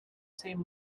same